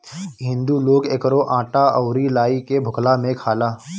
हिंदू लोग एकरो आटा अउरी लाई के भुखला में खाला